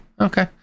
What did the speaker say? okay